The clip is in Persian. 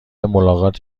ملاقات